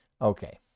Okay